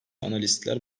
analistler